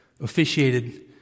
officiated